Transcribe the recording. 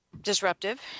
disruptive